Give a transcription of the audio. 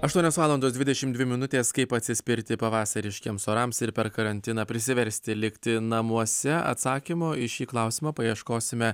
aštuonios valandos dvidešimt dvi minutės kaip atsispirti pavasariškiems orams ir per karantiną prisiversti likti namuose atsakymo į šį klausimą paieškosime